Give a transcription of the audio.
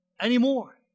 anymore